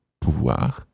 pouvoir